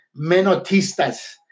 Menotistas